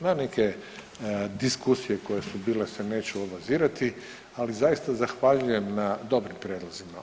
Na neke diskusije koje su bile se neću obazirati, ali zaista zahvaljujem na dobrim prijedlozima.